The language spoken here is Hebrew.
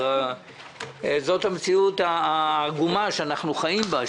זאת המציאות העגומה שאנחנו חיים בה,